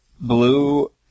blue